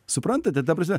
suprantate ta prasme